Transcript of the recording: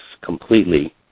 completely